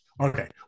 Okay